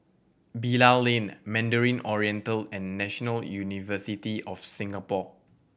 Bilal Lane Mandarin Oriental and National University of Singapore